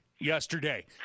yesterday